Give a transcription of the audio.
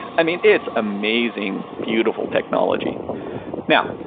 i mean, it's amazing beautiful technology now,